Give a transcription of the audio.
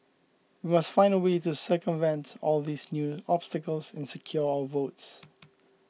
we must find a way to circumvent all these new obstacles and secure our votes